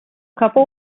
couple